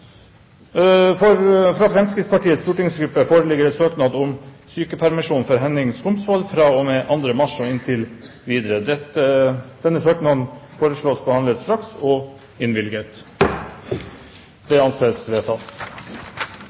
sete. Fra Fremskrittspartiets stortingsgruppe foreligger søknad om sykepermisjon for representanten Henning Skumsvoll fra og med 2. mars og inntil videre. Denne søknaden foreslås behandlet straks og innvilget. – Det anses vedtatt.